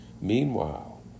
Meanwhile